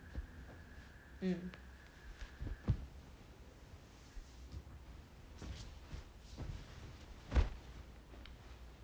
mm